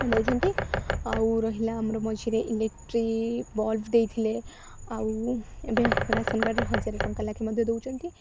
ଦେଉଛନ୍ତି ଆଉ ରହିଲା ଆମର ମଝିରେ ଇଲେକ୍ଟ୍ରି ବଲବ୍ ଦେଇଥିଲେ ଆଉ ଏବେ ରାସନ୍ କାର୍ଡ଼୍ରେ ହଜାରେ ଟଙ୍କା ଲେଖା ମଧ୍ୟ ଦେଉଛନ୍ତି